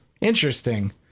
Interesting